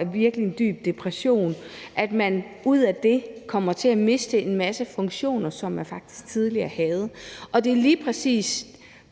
en virkelig dyb depression, og at man ud af det kommer til at miste en masse funktioner, som man faktisk tidligere havde. Det er lige præcis